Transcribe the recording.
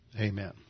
Amen